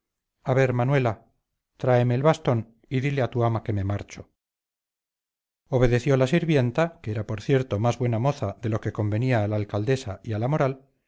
a ver manuela tráeme el bastón y dile a tu ama que me marcho obedeció la sirvienta que era por cierto más buena moza de lo que convenía a la alcaldesa y a la moral